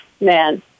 man